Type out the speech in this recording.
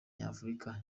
nyafurika